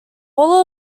hall